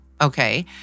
okay